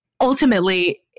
ultimately